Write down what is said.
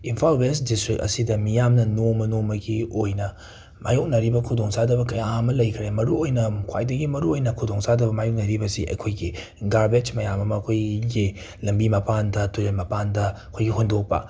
Imphal west district ꯑꯁꯤꯗ ꯃꯤꯌꯥꯝꯅ ꯅꯣꯡꯃ ꯅꯣꯡꯃꯒꯤ ꯑꯣꯏꯅ ꯃꯥꯏꯌꯣꯛꯅꯔꯤꯕ ꯈꯨꯗꯣꯡꯆꯥꯗꯕ ꯀꯌꯥ ꯑꯃ ꯂꯩꯈ꯭ꯔꯦ ꯃꯔꯨꯑꯣꯏꯅ ꯈ꯭ꯋꯥꯏꯗꯒꯤ ꯃꯔꯨ ꯑꯣꯏꯅ ꯈꯨꯗꯣꯡꯆꯥꯗꯕ ꯃꯥꯏꯌꯣꯛꯅꯔꯤꯕꯁꯤ ꯑꯩꯈꯣꯏꯒꯤ ꯒꯥꯔꯕꯦꯆ ꯃꯌꯥꯝ ꯑꯃ ꯑꯩꯈꯣꯏꯒꯤ ꯂꯝꯕꯤ ꯃꯄꯥꯟꯗ ꯇꯨꯔꯦꯜ ꯃꯄꯥꯟꯗ ꯑꯩꯈꯣꯏꯒꯤ ꯍꯨꯟꯗꯣꯛꯄ